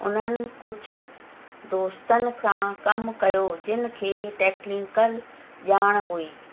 उन्हनि कुझु दोस्तनि सां कमु कयो जिन खे टैक्निकल ॼाणु हुई